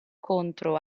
contro